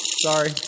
Sorry